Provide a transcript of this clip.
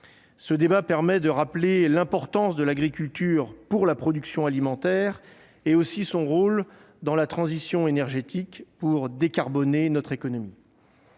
Ce débat permet de rappeler l'importance de l'agriculture pour la production alimentaire ainsi que son rôle dans la transition énergétique, pour décarboner notre économie.